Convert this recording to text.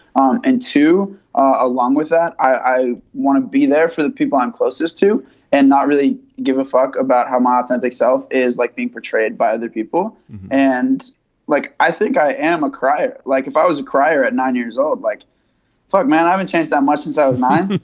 um and to along with that, i want to be there for the people i'm closest to and not really give a fuck about how my authentic self is like being portrayed by other people and like, i think i am a cry. like if i was a crier at nine years old, like fuck man, i haven't changed that much since i was nine.